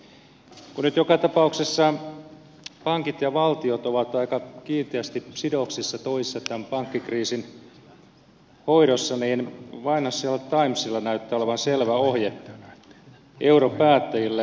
kun nyt joka tapauksessa pankit ja valtiot ovat aika kiinteästi sidoksissa toisiinsa tämän pankkikriisin hoidossa niin financial timesilla näyttää olevan selvä ohje europäättäjille